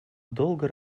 долго